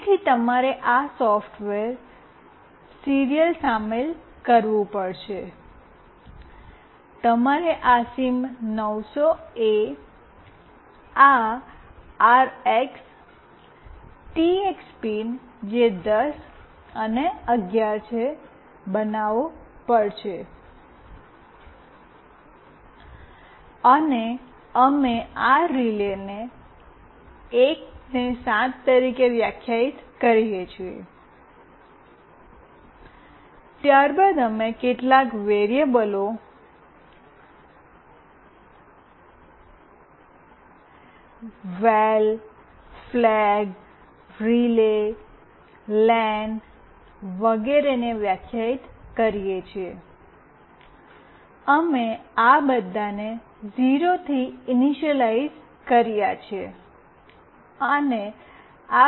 તેથી તમારે આ સોફ્ટવેર સિરિયલ શામેલ કરવું પડશે તમારે આ સિમ900એ આ આરએક્સ ટીએક્સ પિન જે 10 અને 11 છે એને બનાવવો પડશે અને અમે આ રીલે1 ને 7 તરીકે વ્યાખ્યાયિત કર્યો છે ત્યારબાદ અમે કેટલાક વેરીએબલો વેલ ફ્લેગ રિલે લેન વ્યાખ્યાયિત કરીએ છીએ અમે આ બધાને 0 થી ઇનિશલાઇજ઼ કર્યાં છે